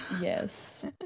Yes